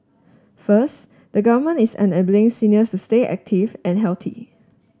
first the Government is enabling seniors to stay active and healthy